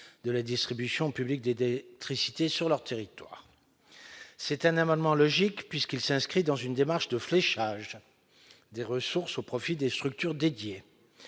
de la distribution publique d'électricité sur leur territoire. Cet amendement est logique, puisqu'il s'inscrit dans une démarche de fléchage des ressources au profit des structures dédiées.